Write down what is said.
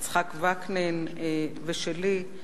יצחק וקנין ושלי,